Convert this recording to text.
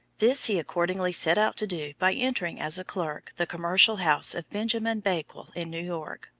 this he accordingly set out to do by entering as a clerk the commercial house of benjamin bakewell in new york,